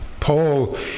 Paul